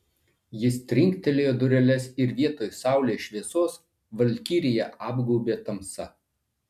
jis trinktelėjo dureles ir vietoj saulės šviesos valkiriją apgaubė tamsa